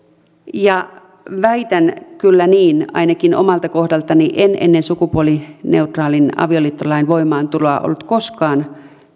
väitän kyllä niin ainakin omalta kohdaltani että en ennen sukupuolineutraalin avioliittolain voimaantuloa ollut koskaan